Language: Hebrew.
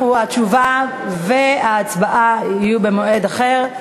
התשובה וההצבעה יהיו במועד אחר.